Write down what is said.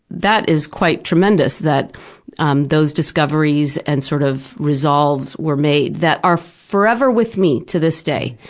that is quite tremendous that um those discoveries and sort of resolves were made that are forever with me to this day.